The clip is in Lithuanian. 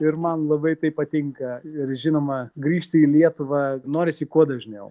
ir man labai tai patinka ir žinoma grįžti į lietuvą norisi kuo dažniau